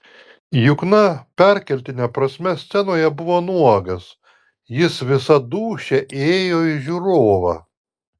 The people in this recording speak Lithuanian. jukna perkeltine prasme scenoje buvo nuogas jis visa dūšia ėjo į žiūrovą